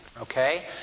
Okay